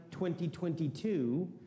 2022